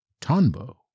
Tonbo